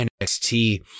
NXT